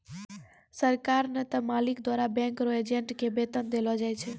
सरकार नै त मालिक द्वारा बैंक रो एजेंट के वेतन देलो जाय छै